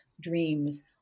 dreams